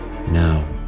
Now